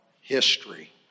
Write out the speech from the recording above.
history